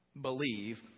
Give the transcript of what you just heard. believe